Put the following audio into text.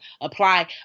apply